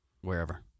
wherever